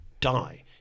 die